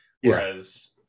whereas